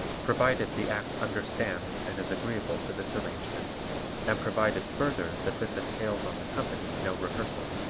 provided the act understands and is agreeable to this arrangement and provided, further, that this entails on the company no rehearsal.